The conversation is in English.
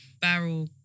barrel